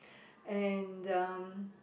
and uh